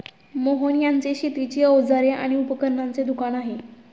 मोहन यांचे शेतीची अवजारे आणि उपकरणांचे दुकान आहे